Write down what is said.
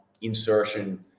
insertion